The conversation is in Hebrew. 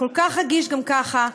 הכל-כך רגיש גם ככה,